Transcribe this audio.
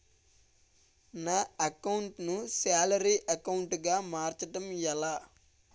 నా అకౌంట్ ను salary account గా మార్చటం ఎలా?